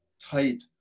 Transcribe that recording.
tight